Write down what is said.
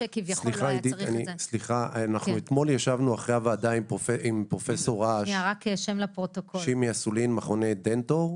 עידית, סליחה, אני שימי אסולין ממכון "דנט-אור".